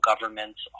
governments